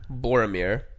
Boromir